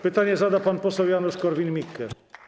Pytanie zada pan poseł Janusz Korwin-Mikke.